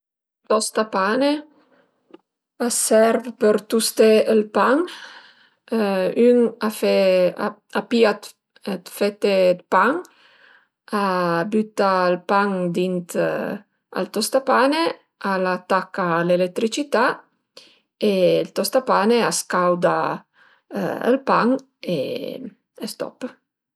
Ël tostapane a serv për tusté ël pan, ün a fe a pìa 'd fete 'd pan, a büta ël pan dint al tostapane, al atacà l'eletricità e ël tostapane a scauda ël pan e stop